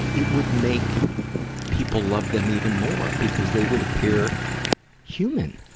it would make people love them even more because they would appear human.